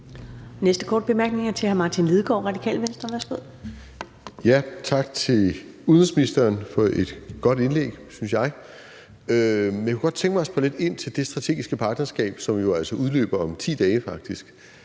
Venstre. Værsgo. Kl. 18:58 Martin Lidegaard (RV): Tak til udenrigsministeren for et godt indlæg, synes jeg. Jeg kunne godt tænke mig at spørge lidt ind til det strategiske partnerskab, som jo altså